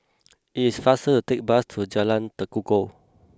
it is faster to take bus to Jalan Tekukor